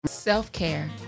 Self-care